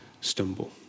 stumble